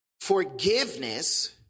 Forgiveness